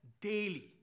daily